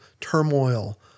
turmoil